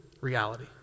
reality